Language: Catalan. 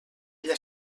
ella